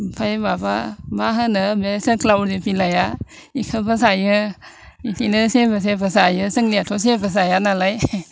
ओमफ्राय माबा माहोनो बे जोग्लावरि बिलाइया बेखौबो जायो बेदिनो जेबो जेबो जायो जोंनियाथ' जेबो जाया नालाय